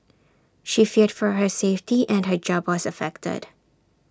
she feared for her safety and her job was affected